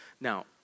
now